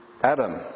Adam